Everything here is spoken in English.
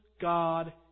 God